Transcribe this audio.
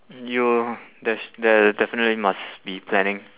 you there's there there definitely must be planning